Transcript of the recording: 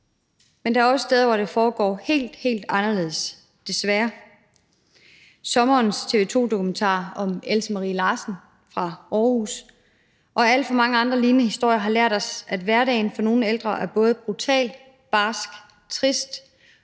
Men der er også steder, hvor det foregår helt, helt anderledes, desværre. Sommerens TV 2-dokumentar om Else Marie Larsen fra Aarhus og alt for mange andre lignende historier har lært os, at hverdagen for nogle ældre er både brutal, barsk, trist,